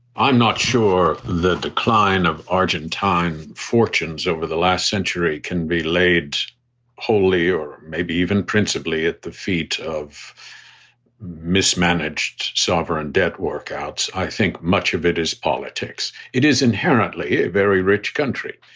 i'm not sure the decline of argentine fortunes over the last century can be laid wholly or maybe even principally at the feet of mismanaged sovereign debt workouts. i think much of it is politics. it is inherently a very rich country.